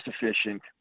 efficient –